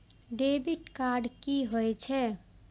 Debit card कि होई छै?